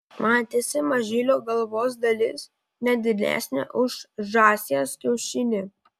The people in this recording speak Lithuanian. matėsi mažylio galvos dalis ne didesnė už žąsies kiaušinį